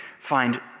find